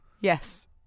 Yes